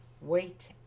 wait